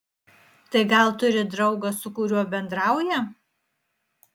tai gal turi draugą su kuriuo bendrauja